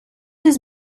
his